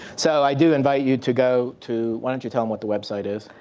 so i do invite you to go to, why don't you tell them what the website is?